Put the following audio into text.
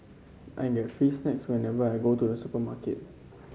I get free snacks whenever I go to the supermarket